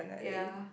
ya